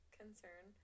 concern